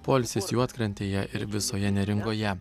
poilsis juodkrantėje ir visoje neringoje